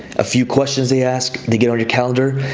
a few questions they ask, they get on your calendar,